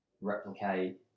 replicate